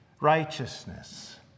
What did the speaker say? righteousness